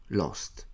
lost